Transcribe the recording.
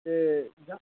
ते